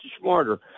smarter